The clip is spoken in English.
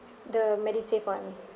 the MediSave [one]